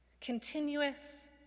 Continuous